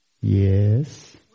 Yes